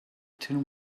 tin